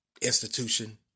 institution